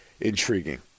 intriguing